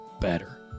better